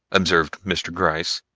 observed mr. gryce,